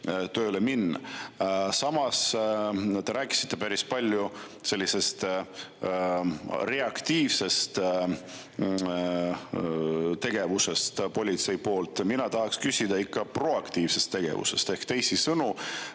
minna. Samas te rääkisite päris palju reaktiivsest tegevusest politsei poolt. Mina tahaksin küsida ikka proaktiivse tegevuse kohta ehk, teisisõnu,